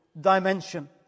dimension